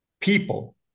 people